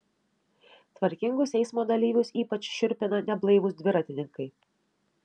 tvarkingus eismo dalyvius ypač šiurpina neblaivūs dviratininkai